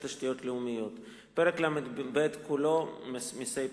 תשתיות לאומיות); פרק ל"ב כולו (מסי פיתוח).